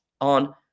on